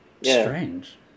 strange